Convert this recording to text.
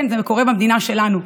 כן, זה קורה במדינה שלנו,